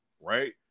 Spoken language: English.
right